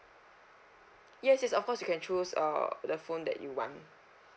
yes yes of course you can choose err the phone that you want